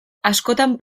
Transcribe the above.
askotan